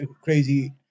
crazy